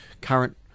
current